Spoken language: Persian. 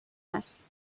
است